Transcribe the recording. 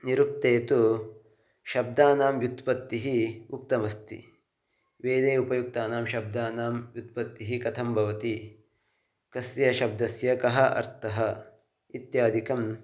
निरुक्ते तु शब्दानां व्युत्पत्तिः उक्तमस्ति वेदे उपयुक्तानां शब्दानां व्युत्पत्तिः कथं भवति कस्य शब्दस्य कः अर्थं इत्यादिकं